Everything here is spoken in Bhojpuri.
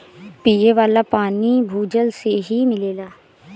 पिये वाला पानी भूजल से ही मिलेला